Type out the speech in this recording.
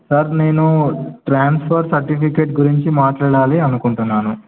sir నేను transfer certificate గురించి మాట్లాడాలి అనుకుంటున్నాను